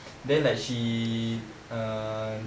then like she err